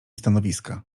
stanowiska